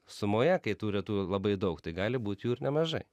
sumoje kai tų retų labai daug tai gali būt jų ir nemažai